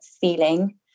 feeling